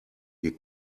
ihr